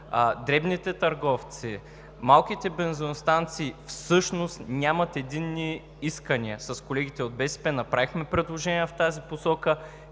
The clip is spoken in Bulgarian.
дребните търговци, малките бензиностанции всъщност нямат единни искания. С колегите от БСП направихме предложение в тази посока,